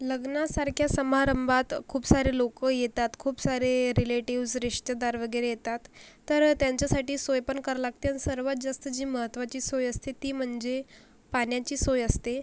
लग्नासारख्या समारंभात खूप सारे लोकं येतात खूप सारे रिलेटिव्हज् रिश्तेदार वगैरे येतात तर त्यांच्यासाठी सोय पण करावी लागते आणि सर्वात जास्त जी महत्त्वाची सोय असते ती म्हणजे पाण्याची सोय असते